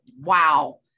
wow